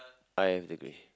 I have degree